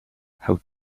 how